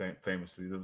famously